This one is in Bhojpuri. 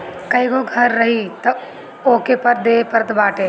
कईगो घर रही तअ ओहू पे कर देवे के पड़त बाटे